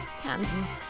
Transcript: tangents